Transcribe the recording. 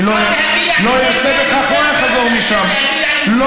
לא ירצה בכך, לא יחזור משם.